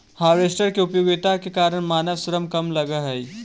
harvester के उपयोगिता के कारण मानव श्रम कम लगऽ हई